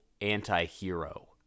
anti-hero